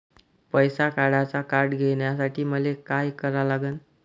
पैसा काढ्याचं कार्ड घेण्यासाठी मले काय करा लागन?